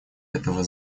этого